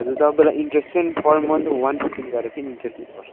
हजुर तपाईँलाई इन्ट्रेस्ट चाहिँ पर मन्थ वन पर्सेन्ट गरेर चाहिँ इन्ट्रेस्ट दिनुपर्छ